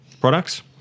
products